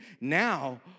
Now